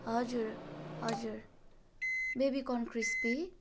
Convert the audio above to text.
हजुर हजुर baby corn crispy